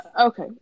Okay